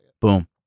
boom